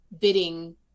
bidding